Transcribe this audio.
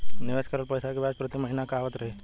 निवेश करल पैसा के ब्याज प्रति महीना आवत रही?